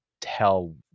tell